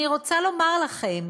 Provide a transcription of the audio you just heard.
אני רוצה לומר לכם,